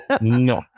No